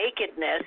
nakedness